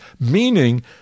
meaning